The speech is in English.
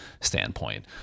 standpoint